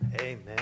Amen